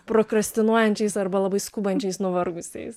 prokrastinuojančiais arba labai skubančiais nuvargusiais